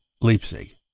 Leipzig